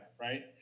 right